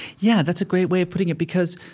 yeah. that's a great way of putting it. because